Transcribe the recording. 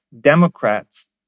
Democrats